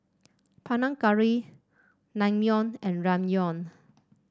Panang Curry Naengmyeon and Ramyeon